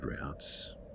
routes